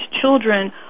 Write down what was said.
children